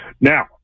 Now